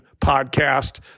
podcast